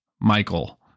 Michael